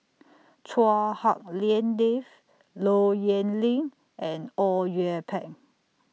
Chua Hak Lien Dave Low Yen Ling and Au Yue Pak